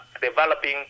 developing